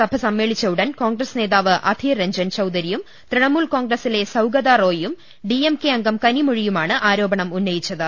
സഭ സമ്മേളിച്ച ഉടൻ കോൺഗ്രസ് നേതാവ് അധീർ രഞ്ജൻ ചൌധരിയും തൃണമൂൽ കോൺഗ്രസിലെ സൌഗധ റോയിയും ഡിഎംകെ അംഗം കനിമൊഴിയുമാണ് ആരോപണം ഉന്നയിച്ചത്